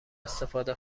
استفاده